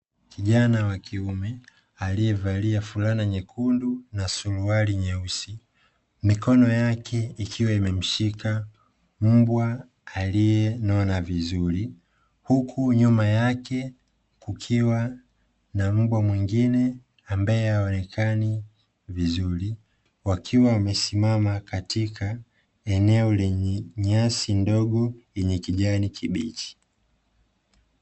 Kijana wa kiume aliyevalia fulana nyekundu na suruali nyeusi, mikono yake ikiwa imemshika mbwa aliyenona vizuri. Huku nyuma yake kukiwa na mbwa mwingine ambaye haonekani vizuri. wakiwa wamesimama katika eneo lenye nyasi ndogo yenye kijani kibichi.